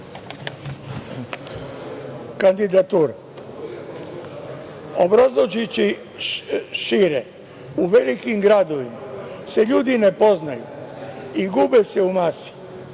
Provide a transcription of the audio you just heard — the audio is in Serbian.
kandidature. Obrazložiću šire, u velikim gradovima se ljudi ne poznaju i gube se u masi,